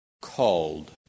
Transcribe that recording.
called